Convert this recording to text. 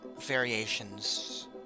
variations